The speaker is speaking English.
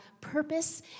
purpose